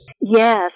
Yes